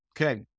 Okay